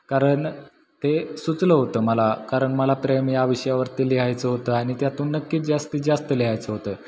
कारण ते सुचलं होतं मला कारण मला प्रेम या विषयावरती लिहायचं होतं आणि त्यातून नक्कीच जास्तीत जास्त लिहायचं होतं